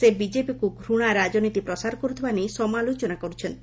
ସେ ବିକେପିକୁ ଘୂଣା ରାଜନୀତି ପ୍ରସାର କର୍ତ୍ଥବା ନେଇ ସମାଲୋଚନା କର୍ରଛନ୍ତି